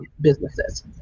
businesses